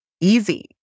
easy